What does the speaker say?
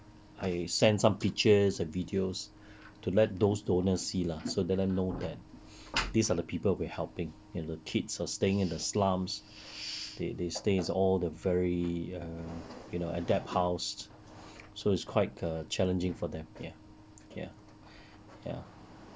I send some pictures and videos so let those donors see lah so let them know that these are the people we are helping and the kids are staying in the slums they they stay in all the very err you know adapt house so it's quite err challenging for them ya ya ya